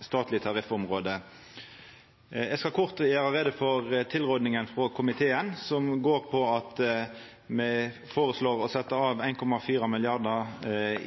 statleg tariffområde. Eg skal kort gjera greie for tilrådinga frå komiteen, som går på at me føreslår å setja av 1,4 mrd. kr